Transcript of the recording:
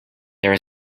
there